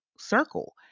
Circle